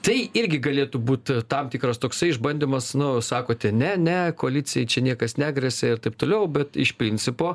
tai irgi galėtų būt tam tikras toksai išbandymas nu sakote ne ne koalicijai čia niekas negresia ir taip toliau bet iš principo